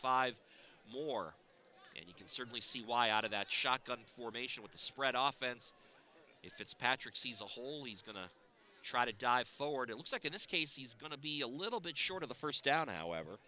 five more and you can certainly see why out of that shotgun formation with the spread often if it's patrick sees a hole he's going to try to dive foer it looks like in this case he's going to be a little bit short of the first down now ever